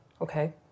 Okay